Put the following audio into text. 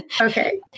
Okay